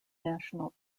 national